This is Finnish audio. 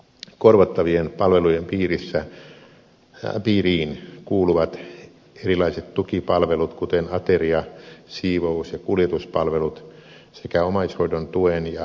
korvattavien palvelujen piiriin kuuluvat erilaiset tukipalvelut kuten ateria siivous ja kuljetuspalvelut sekä omaishoidon tuen ja avosairaanhoidon kustannukset